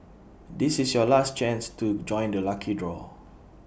this is your last chance to join the lucky draw